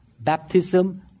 baptism